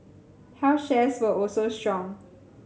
health shares were also strong